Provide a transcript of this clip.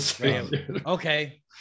Okay